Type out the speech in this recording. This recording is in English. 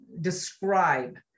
describe